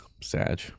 Sad